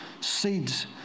seeds